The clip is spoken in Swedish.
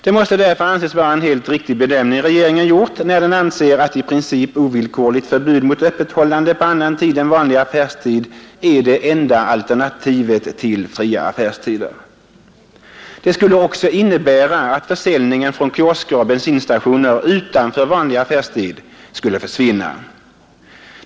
Det måste därför anses vara en helt riktig bedömning som regeringen har gjort, när den anser att i princip ovillkorligt förbud mot öppethållande på annan tid än vanlig affärstid är det enda alternativet till fria affärstider. Det skulle också innebära att försäljningen från kiosker och bensinstationer utanför vanlig affärstid skulle försvinna.